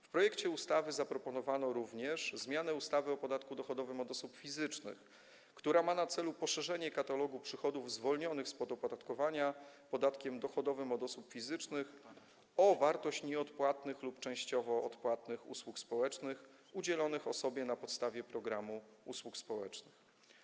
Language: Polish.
W projekcie ustawy zaproponowano również zmianę ustawy o podatku dochodowym od osób fizycznych, która ma na celu poszerzenie katalogu przychodów zwolnionych od opodatkowania podatkiem dochodowym od osób fizycznych o wartość nieodpłatnych lub częściowo odpłatnych usług społecznych udzielonych osobie na podstawie programu usług społecznych.